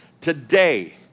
today